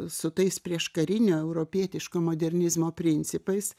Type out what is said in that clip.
su tais prieškarinio europietiško modernizmo principais